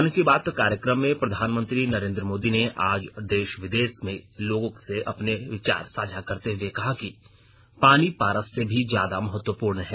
मन की बात कार्यक्रम में प्रधानमंत्री नरेंद्र मोदी ने आज देश विदेश के लोगो से अपने विचार साझा करते हुए कहा कि पानी पारस से भी ज्यादा महत्वपूर्ण है